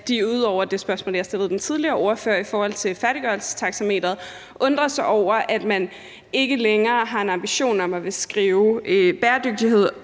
de ud over det spørgsmål, som jeg stillede til den tidligere ordfører i forhold til færdiggørelsestaxameteret, undrer sig over, at man ikke længere har en ambition om at skrive bæredygtighed